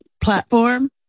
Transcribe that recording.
platform